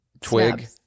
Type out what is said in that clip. twig